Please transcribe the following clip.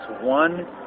one